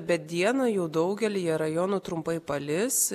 bet dieną jau daugelyje rajonų trumpai palis